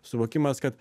suvokimas kad